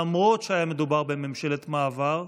למרות שהיה מדובר בממשלת מעבר,